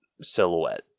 silhouette